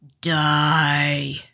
die